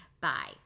bye